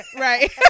Right